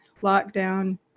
lockdown